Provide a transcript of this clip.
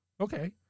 Okay